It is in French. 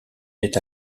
met